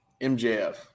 MJF